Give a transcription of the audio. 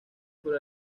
por